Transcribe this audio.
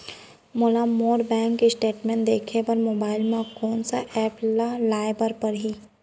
मोला मोर bank statement देखे बर मोबाइल मा कोन सा एप ला लाए बर परही?